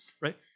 right